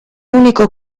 unico